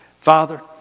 Father